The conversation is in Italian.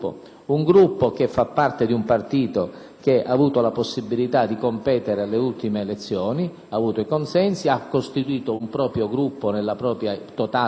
che ha avuto la possibilità di competere alle ultime elezioni, ha avuto consensi, si è costituito nella propria totale identità, che quindi esiste